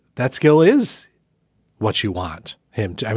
that skill is what you want him to. i